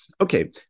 Okay